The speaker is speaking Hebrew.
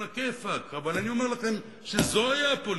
עלא כיפאק, אבל אני אומר לכם שזוהי הפוליטיקה,